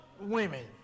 women